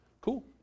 Cool